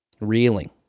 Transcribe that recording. Reeling